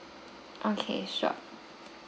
okay sure